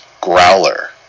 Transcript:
growler